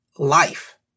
life